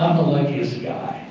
the luckiest guy